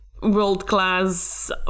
world-class